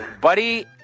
buddy